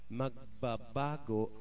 magbabago